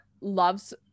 loves